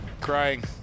Crying